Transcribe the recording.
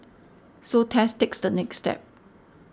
so Tess takes the next step